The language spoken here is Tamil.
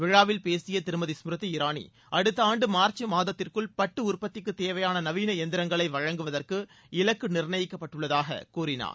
விழாவில் பேசிய திருமதி ஸ்மிருதி இராணி அடுத்த ஆண்டு மார்ச் மாதத்திற்குள் பட்டு உற்பத்திக்கு தேவையான நவீன எந்திரங்களை வழங்குவதற்கு இலக்கு நிர்ணயிக்கப்பட்டுள்ளதாகக் கூறினார்